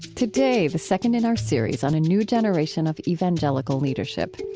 today, the second in our series on a new generation of evangelical leadership.